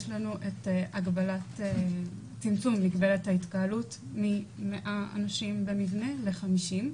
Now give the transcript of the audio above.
יש לנו צמצום מגבלת ההתקהלות מ-100 אנשים במבנה ל-50,